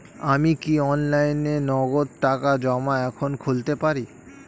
আমি কি অনলাইনে নগদ টাকা জমা এখন খুলতে পারি?